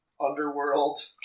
underworld